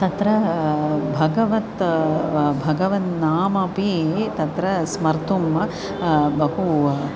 तत्र भगवत् भगवन्नाम अपइ तत्र स्मर्तुं बहु